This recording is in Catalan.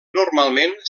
normalment